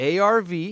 ARV